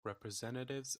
representatives